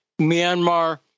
Myanmar